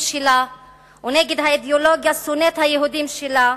שלה ונגד האידיאולוגיה שונאת היהודים שלה,